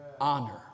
honor